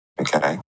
Okay